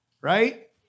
right